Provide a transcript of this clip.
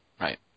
Right